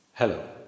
Hello